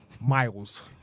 Miles